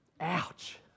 Ouch